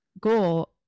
goal